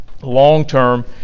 long-term